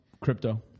crypto